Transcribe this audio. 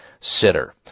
sitter